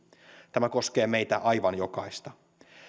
tämä koskee meitä aivan jokaista